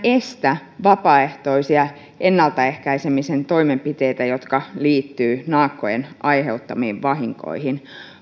estä vapaaehtoisia ennaltaehkäisemisen toimenpiteitä jotka liittyvät naakkojen aiheuttamiin vahinkoihin